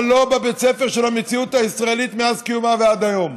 אבל לא בבית הספר של המציאות הישראלית מאז קומה ועד היום,